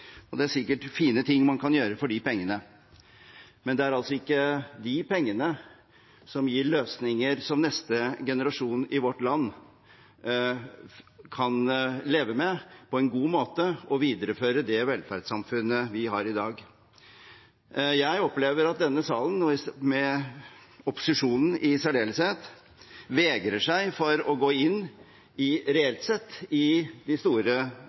det; det er sikkert fine ting man kan gjøre for de pengene. Men det er ikke de pengene som gir løsninger som neste generasjon i vårt land kan leve med på en god måte og videreføre det velferdssamfunnet vi har i dag. Jeg opplever at denne salen – og opposisjonen i særdeleshet – reelt sett vegrer seg for å gå inn i den store,